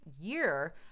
year